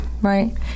Right